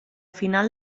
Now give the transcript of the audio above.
final